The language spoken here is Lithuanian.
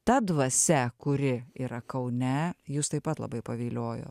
ta dvasia kuri yra kaune jus taip pat labai paviliojo